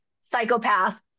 psychopath